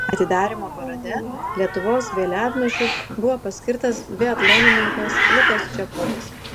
atidarymo parade lietuvos vėliavnešiu buvo paskirtas biatlonininkas lukas čepulis